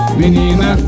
menina